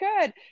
good